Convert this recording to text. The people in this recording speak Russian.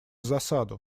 засаду